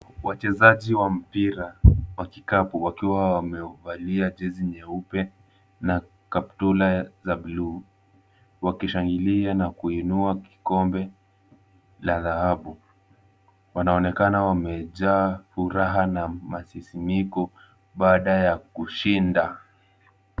Wachezaji wa mpira wa kikapu wakiwa wamevalia jezi nyeupe na kaptula za blue . Wakishangilia na kuinua kikombe la dhahabu. Wanaonekana wamejaa furaha na masisimiko baada ya kushinda.